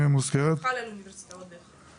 זה חל על האוניברסיטאות בהכרח.